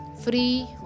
free